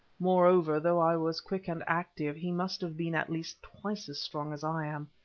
moreover, though i was quick and active, he must have been at least twice as strong as i am.